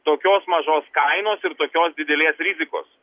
tokios mažos kainos ir tokios didelės rizikos